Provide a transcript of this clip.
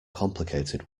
complicated